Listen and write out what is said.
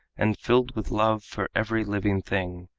and filled with love for every living thing.